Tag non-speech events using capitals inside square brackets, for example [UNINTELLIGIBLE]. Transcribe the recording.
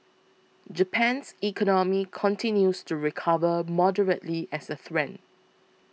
Japan's economy continues to recover moderately as a [UNINTELLIGIBLE]